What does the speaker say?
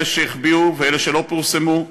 אלה שהחביאו ואלה שלא פורסמו,